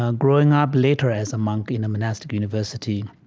ah growing up later as a monk in a monastic university,